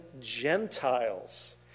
Gentiles